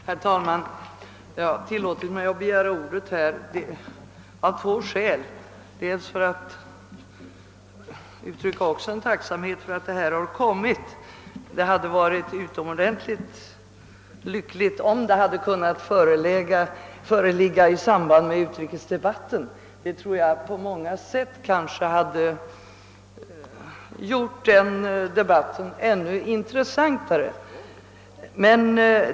Herr talman! Jag har tillåtit mig att begära ordet av två skäl. Dels vill jag uttrycka tacksamhet för att denna redogörelse har lämnats. Det hade varit utomordentligt lyckligt om den förelegat i samband med utrikesdebatten, som då på många sätt hade kunnat bli ännu intressantare.